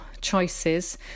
choices